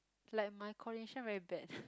like my coordination very bad